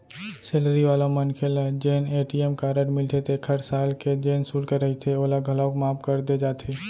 salary वाला मनखे ल जेन ए.टी.एम कारड मिलथे तेखर साल के जेन सुल्क रहिथे ओला घलौक माफ कर दे जाथे